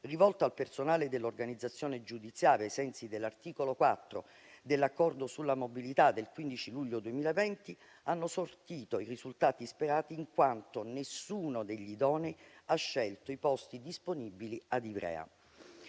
rivolto al personale dell'organizzazione giudiziaria ai sensi dell'articolo 4 dell'accordo sulla mobilità del 15 luglio 2020 hanno sortito i risultati sperati, in quanto nessuno degli idonei ha scelto i posti disponibili ad Ivrea.